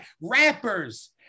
Rappers